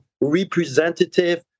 representative